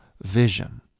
vision